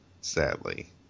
sadly